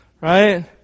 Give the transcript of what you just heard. Right